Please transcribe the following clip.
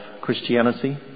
Christianity